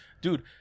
Dude